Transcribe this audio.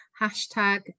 hashtag